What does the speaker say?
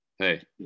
Hey